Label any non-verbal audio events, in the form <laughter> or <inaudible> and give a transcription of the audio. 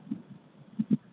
<unintelligible>